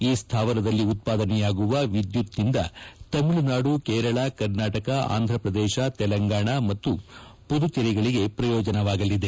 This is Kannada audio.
ಈ ಸ್ಥಾವರದಲ್ಲಿ ಉತ್ಪಾದನೆಯಾಗುವ ವಿದ್ಗುತ್ನಿಂದ ತಮಿಳುನಾಡು ಕೇರಳ ಕರ್ನಾಟಕ ಆಂಧ್ರಪ್ರದೇಶ ತೆಲಂಗಾಣ ಮತ್ತು ಪುದುಚೇರಿಗಳಿಗೆ ಪ್ರಯೋಜನವಾಗಲಿದೆ